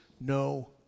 no